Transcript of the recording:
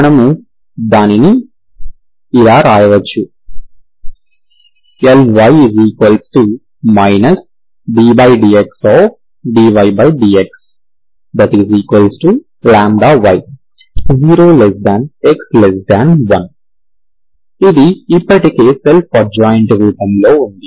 మనము దీనిని ఇలా వ్రాయవచ్చు Ly ddxdydxλy 0x1 ఇది ఇప్పటికే సెల్ఫ్ అడ్జాయింట్ రూపంలో ఉంది